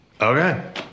Okay